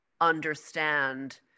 understand